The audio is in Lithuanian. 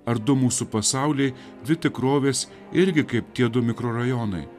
ar du mūsų pasauliai dvi tikrovės irgi kaip tiedu mikrorajonai